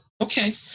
Okay